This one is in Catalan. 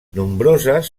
nombroses